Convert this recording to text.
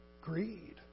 greed